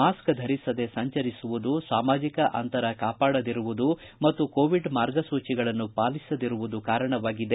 mask ಧರಿಸದೆ ಸಂಚರಿಸುವುದು ಸಾಮಾಜಿಕ ಅಂತರ ಕಾಪಾಡದಿರುವುದು ಮತ್ತು ಕೋವಿಡ್ ಮಾರ್ಗಸೂಚಿಗಳನ್ನು ಪಾಲಿಸದಿರುವುದು ಕಾರಣವಾಗಿದೆ